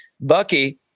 Bucky